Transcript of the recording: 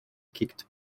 kicked